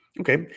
okay